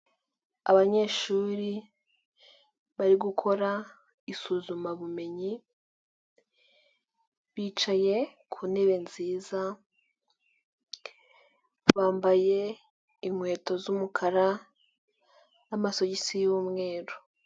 Abanyeshuri bari gukora isuzumabumenyi bicaye ku ntebe nziza bambaye inkweto z'umukara n' amasosogisi y'umweru.